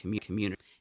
community